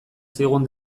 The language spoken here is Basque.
zigun